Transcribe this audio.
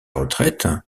retraite